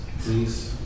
please